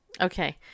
Okay